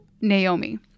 Naomi